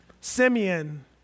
Simeon